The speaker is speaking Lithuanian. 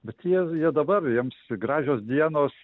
bet jie jie dabar jiems gražios dienos